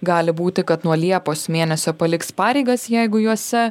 gali būti kad nuo liepos mėnesio paliks pareigas jeigu juose